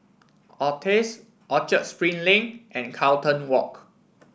Altez Orchard Spring Lane and Carlton Walk